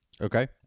Okay